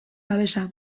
babesa